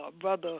Brother